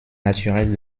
naturelle